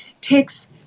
takes